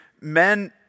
men